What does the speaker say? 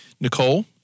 Nicole